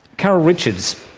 carol richards,